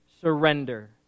surrender